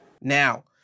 now